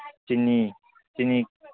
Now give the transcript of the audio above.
ꯆꯤꯅꯤ ꯆꯤꯅꯤ